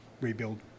rebuild